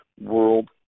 world